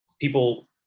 people